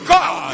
God